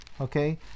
Okay